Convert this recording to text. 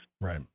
Right